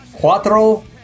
Cuatro